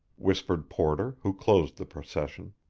whispered porter, who closed the procession.